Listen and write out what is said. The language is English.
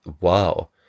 wow